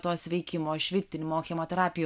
tos sveikimo švitinimo chemoterapijų